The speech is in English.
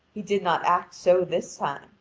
he did not act so this time,